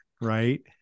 right